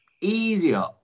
easier